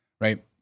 right